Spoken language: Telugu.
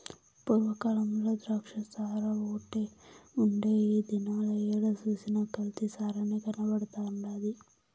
పూర్వ కాలంల ద్రాచ్చసారాఓటే ఉండే ఈ దినాల ఏడ సూసినా కల్తీ సారనే కనబడతండాది